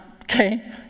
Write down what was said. okay